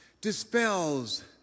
dispels